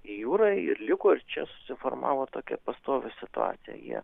į jūrą ir liko čia susiformavo tokia pastovi situacija jie